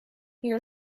here